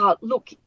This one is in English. look